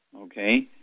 Okay